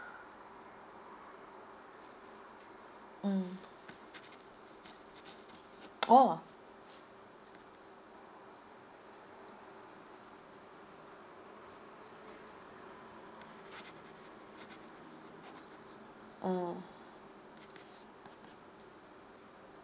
mm oh mm